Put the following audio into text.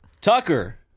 Tucker